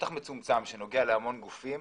שטח מצומצם שנוגע להמון גופים.